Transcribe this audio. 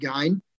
gain